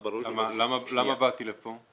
למה באתי לכאן?